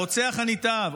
הרוצח הנתעב.